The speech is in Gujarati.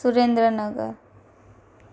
સુરેન્દ્રનગર